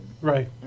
Right